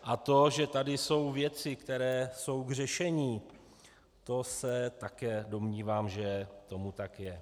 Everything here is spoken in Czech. A to, že tady jsou věci, které jsou k řešení, to se také domnívám, že tomu tak je.